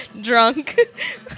drunk